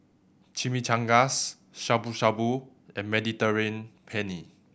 Chimichangas Shabu Shabu and Mediterranean Penne